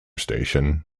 station